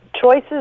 choices